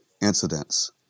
incidents